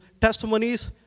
testimonies